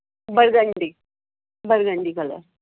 burgundy burgundy color